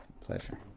Pleasure